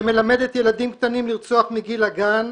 שמלמדת ילדים קטנים לרצוח מגיל הגן,